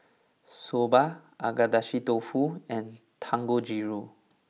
Soba Agedashi Dofu and Dangojiru